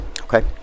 okay